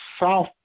South